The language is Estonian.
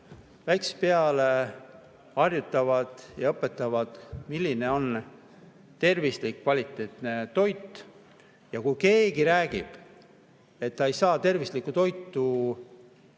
peale harjutavad ja õpetavad, milline on tervislik, kvaliteetne toit. Ja kui keegi räägib, et ta ei saa tervislikku toitu